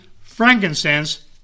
frankincense